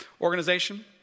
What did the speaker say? organization